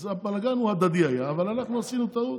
הבלגן היה הדדי, אבל אנחנו עשינו טעות.